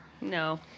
No